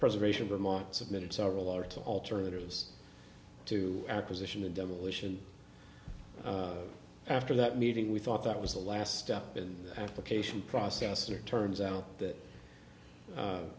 preservation vermont submitted several or two alternatives to acquisition and devolution after that meeting we thought that was the last step and application process here turns out that